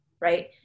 Right